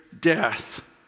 death